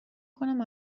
کنم